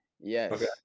yes